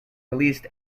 released